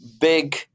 big